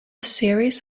series